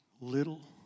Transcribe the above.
little